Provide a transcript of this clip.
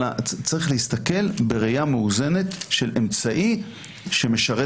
צריך להסתכל בראייה מאוזנת של אמצעי שמשרת